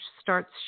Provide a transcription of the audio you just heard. starts